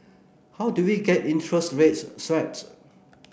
how do we get interest rate swaps